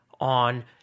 on